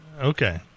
Okay